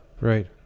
Right